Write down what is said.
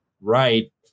right